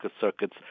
circuits